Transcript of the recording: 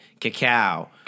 cacao